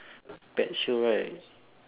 pet show right